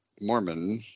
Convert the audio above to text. Mormon